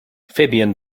fabian